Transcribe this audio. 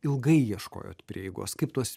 ilgai ieškojot prieigos kaip tuos